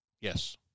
Yes